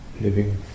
living